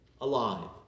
alive